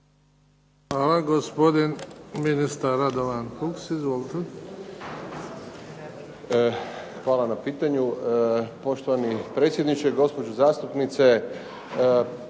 Hvala. Gospodin ministar Radovan Fuchs izvolite. **Fuchs, Radovan** Hvala na pitanju. Poštovani predsjedniče, gospođo zastupnice.